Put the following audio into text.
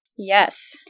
Yes